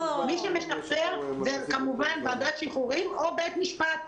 מי שמשחרר זו ועדת שחרורים או בית משפט.